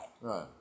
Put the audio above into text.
Right